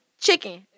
Chicken